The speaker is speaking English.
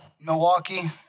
Milwaukee